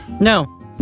No